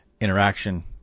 interaction